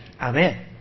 Amen